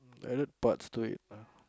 added buds to it ah